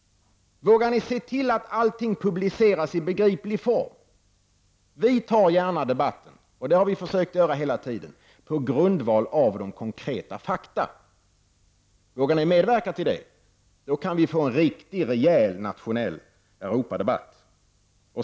Vågar ni se till att allting publiceras i begriplig form? Vi för gärna en debatt, och det har vi försökt att göra hela tiden, på grundval av konkreta fakta. Vågar ni medverka till detta, kan vi få en riktig, rejäl nationell Europadebatt.